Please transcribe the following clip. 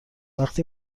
وقتی